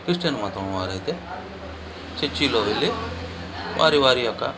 Christian మతం వారు అయితే చర్చీలో వెళ్ళి వారి వారి యొక్క